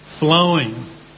flowing